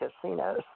casinos